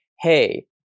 hey